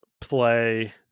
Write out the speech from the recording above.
play